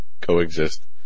coexist